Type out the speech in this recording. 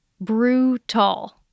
brutal